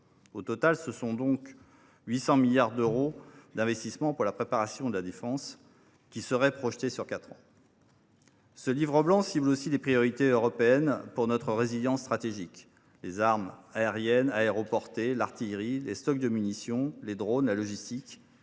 Au total, 800 milliards d’euros d’investissements pour la préparation de la défense seraient donc projetés sur quatre ans. Ce livre blanc cible aussi les priorités européennes pour notre résilience stratégique : les armes aériennes, aéroportées, l’artillerie, les stocks de munitions, les drones, la logistique,